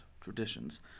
traditions